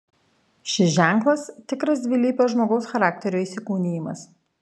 šis ženklas tikras dvilypio žmogaus charakterio įsikūnijimas